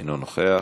אינו נוכח.